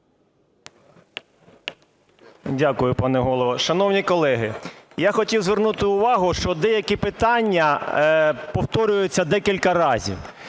Дякую, пане Голово. Шановні колеги, я хотів звернути увагу, що деякі питання повторюються декілька разів.